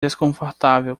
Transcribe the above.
desconfortável